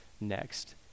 next